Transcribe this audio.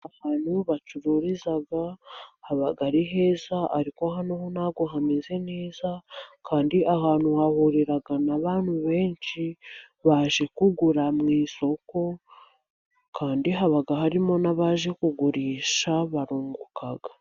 Ahantu bacururiza haba ari heza, ariko hano ho ntabwo hameze neza, kandi ahantu hahurira abantu benshi baje kugura mu isoko, kandi haba harimo n'abaje kugurisha, barunguka.